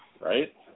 Right